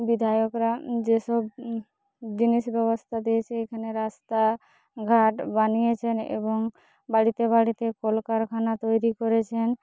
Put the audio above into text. বিধায়করা যেসব জিনিস ব্যবস্থা দিয়েছে এখানে রাস্তা ঘাট বানিয়েছেন এবং বাড়িতে বাড়িতে কলকারখানা তৈরি করেছেন